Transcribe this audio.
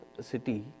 city